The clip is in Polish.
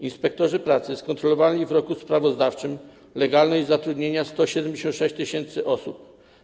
Inspektorzy pracy skontrolowali w roku sprawozdawczym legalność zatrudnienia 176 tys. osób.